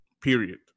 period